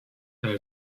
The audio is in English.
there